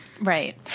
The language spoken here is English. right